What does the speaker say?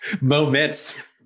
Moments